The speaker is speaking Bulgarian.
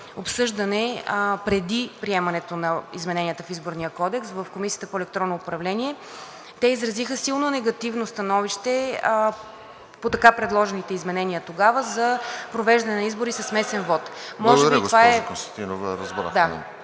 обсъждане преди приемането на измененията в Изборния кодекс в Комисията по електронно управление те изразиха силно негативно становище по така предложените изменения тогава за провеждане на избори със смесен вот. (Реплики: „Времето!“) Може би това